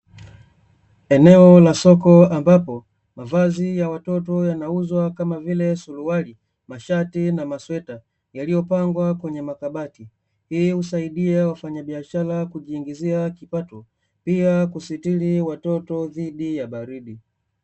Eneo la soko, ambapo mavazi ya watoto yanauzwa kama vile; suruali, mashati na masweta, yaliyopangwa kwenye makabati, hii husaidia wafanyabiashara kujiingizia kipato, pia kusitiri watoto dhidi ya baridi.